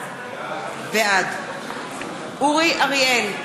בעד אורי אריאל,